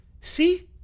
see